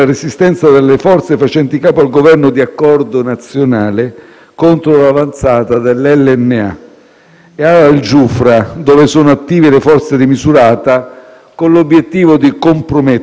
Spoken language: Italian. Ad esacerbare ulteriormente il livello dello scontro, in particolare nelle giornate del 16 e del 17 aprile scorso, si è verificato un prolungato lancio di razzi Grad